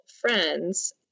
friends